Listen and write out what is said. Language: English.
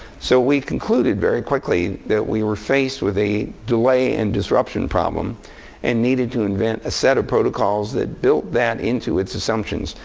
so we concluded very quickly that we were faced with a delay and disruption problem and needed to invent a set of protocols that built that into its assumptions,